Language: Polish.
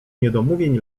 niedomówień